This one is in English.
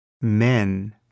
men